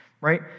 right